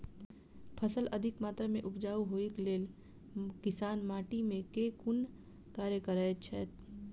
फसल अधिक मात्रा मे उपजाउ होइक लेल किसान माटि मे केँ कुन कार्य करैत छैथ?